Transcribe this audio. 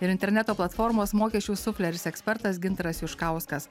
ir interneto platformos mokesčių sufleris ekspertas gintaras juškauskas